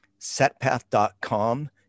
Setpath.com